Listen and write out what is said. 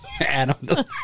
Adam